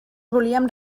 volíem